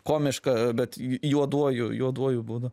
komiška bet juoduoju juoduoju būdu